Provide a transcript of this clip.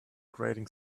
grating